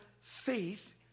faith